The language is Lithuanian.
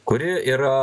kuri yra